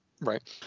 right